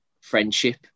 friendship